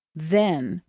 then,